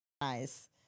nice